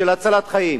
של הצלת חיים.